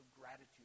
gratitude